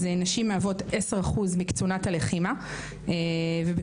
אז נשים מהוות 10% מקצונת הלחימה ובקצונת